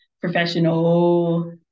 professional